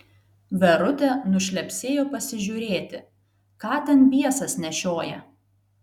verutė nušlepsėjo pasižiūrėti ką ten biesas nešioja